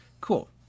cool